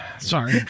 sorry